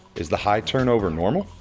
is the high turnover normal?